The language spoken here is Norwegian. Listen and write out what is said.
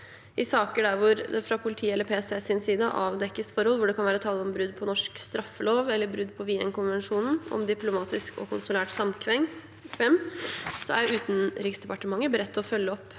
I saker der det fra politiets eller PSTs side avdekkes forhold hvor det kan være tale om brudd på norsk straffelov eller brudd på Wien-konvensjonen om diplomatisk og konsulært samkvem, er Utenriksdepartementet beredt til å følge opp